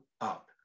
up